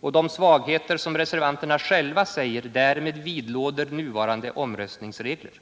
och de svagheter som reservanterna själva säger därvidlag vidlåder nuvarande omröstningsregler.